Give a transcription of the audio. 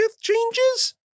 changes